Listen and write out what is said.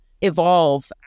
evolve